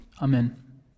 Amen